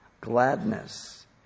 gladness